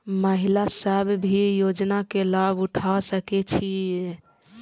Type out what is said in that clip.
महिला सब भी योजना के लाभ उठा सके छिईय?